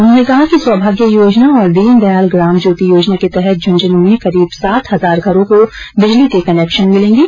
उन्होंने कहा कि सौभाग्य योजना और दीनदयाल ग्राम ज्योति योजना के तहत झंझनूं में करीब सात हजार घरों को बिजली के कनेक्शन मिलेंगे